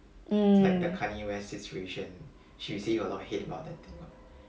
mm